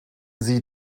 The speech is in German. sie